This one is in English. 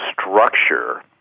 structure